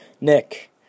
Nick